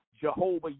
Jehovah